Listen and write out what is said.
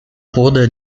pula